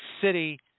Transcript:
City